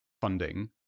funding